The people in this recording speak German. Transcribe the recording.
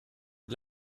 wie